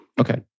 Okay